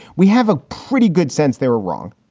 we have a pretty good sense they were wrong.